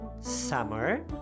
Summer